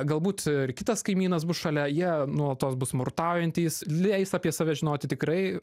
galbūt ir kitas kaimynas bus šalia jie nuolatos bus smurtaujantys leis apie save žinoti tikrai